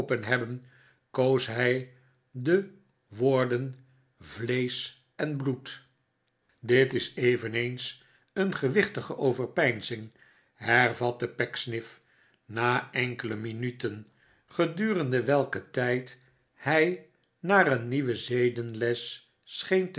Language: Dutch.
hebben koos hij de woorden vleesch en bloed dit is eveneens een gewichtige overpeinzing hervatte pecksniff na enkele minuten gedurende welken tijd hij naar een nieuwe zedenles scheen